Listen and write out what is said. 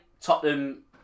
Tottenham